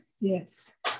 Yes